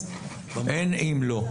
אז במושב הבא --- אין אם לא.